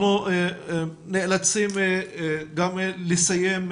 אנחנו נאלצים לסיים,